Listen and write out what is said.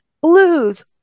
blues